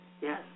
Yes